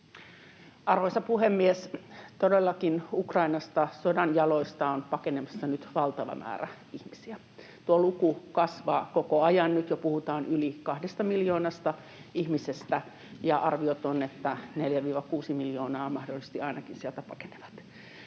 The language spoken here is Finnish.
Arvoisa puhemies! Todellakin Ukrainasta sodan jaloista on pakenemassa nyt valtava määrä ihmisiä. Tuo luku kasvaa koko ajan. Nyt jo puhutaan yli kahdesta miljoonasta ihmisestä, ja arviot ovat, että ainakin 4—6 miljoonaa sieltä mahdollisesti pakenee.